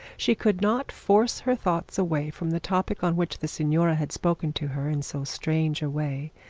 she could not force her thoughts away from the topic on which the signora had spoken to her in so strange a way,